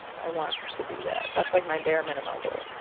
i want to do that, that's like my bare minimum goal